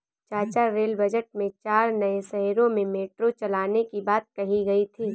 चाचा rail budget में चार नए शहरों में मेट्रो चलाने की बात कही गई थी